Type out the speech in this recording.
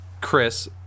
Chris